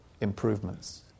improvements